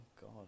God